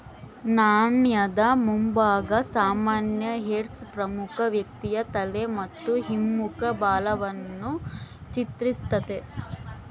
ನಾಣ್ಯದ ಮುಂಭಾಗ ಸಾಮಾನ್ಯ ಹೆಡ್ಸ್ ಪ್ರಮುಖ ವ್ಯಕ್ತಿಯ ತಲೆ ಮತ್ತು ಹಿಮ್ಮುಖ ಬಾಲವನ್ನು ಚಿತ್ರಿಸ್ತತೆ